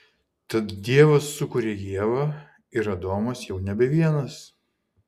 tad dievas sukuria ievą ir adomas jau nebe vienas